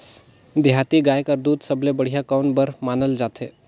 देहाती गाय कर दूध सबले बढ़िया कौन बर मानल जाथे?